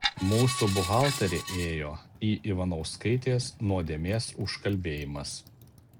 mūsų buhalterė ėjo į ivanauskaitės nuodėmės užkalbėjimas